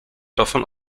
davon